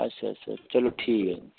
अच्छा अच्छा अच्छा चलो ठीक ऐ